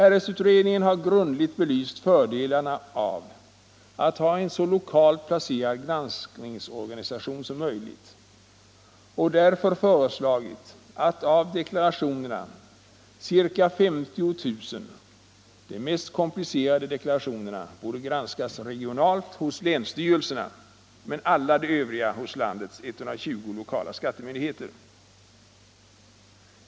RS-utredningen har grundligt belyst fördelarna av att ha en så lokalt placerad granskningsorganisation som möjligt och därför föreslagit att av deklarationerna ca 50 000 — de mest komplicerade — borde granskas regionalt hos länsstyrelserna men alla de övriga hos landets 120 lokala skattemyndigheter.